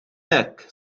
hekk